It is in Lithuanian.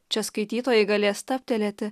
čia skaitytojai galės stabtelėti